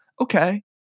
okay